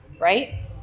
right